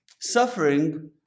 suffering